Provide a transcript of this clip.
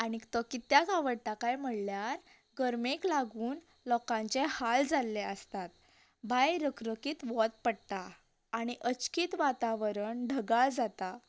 आनीक तो कित्याक आवडटा काय म्हणल्यार गर्मेक लागून लोकांचे हाल जाल्ले आसतात भायर रखरखीत वोत पडटा आनी अचकीत वातावरण ढगाळ जाता